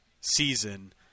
season